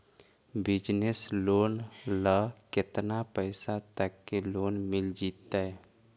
Business loan ल केतना पैसा तक के लोन मिल जितै?